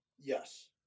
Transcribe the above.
yes